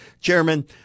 Chairman